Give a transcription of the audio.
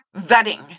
vetting